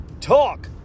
talk